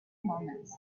moments